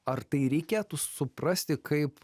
ar tai reikėtų suprasti kaip